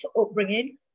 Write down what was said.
upbringing